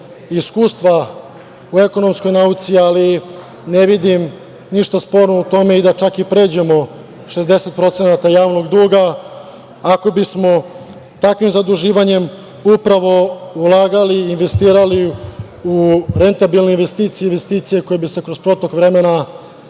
iskustva u ekonomskoj nauci, ali ne vidim ništa sporno u tome i da čak i pređemo 60% javnog duga, ako bismo takvim zaduživanjem upravo ulagali, investirali u rentabilne investicije, investicije koje bi se kroz protok vremena